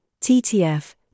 TTF